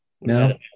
No